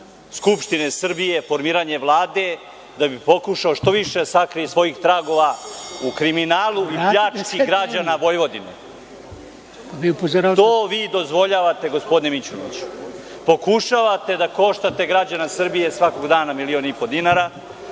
Skupštine Srbije, formiranje Vlade, da bi pokušao što više da sakrije svojih tragova u kriminalu i pljački građana Vojvodine. To vi dozvoljavate, gospodine Mićunoviću. Pokušavate da koštate građane Srbije svakog dana milion i po dinara,